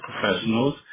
Professionals